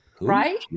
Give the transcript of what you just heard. Right